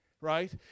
right